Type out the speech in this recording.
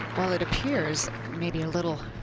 it appears maybe a little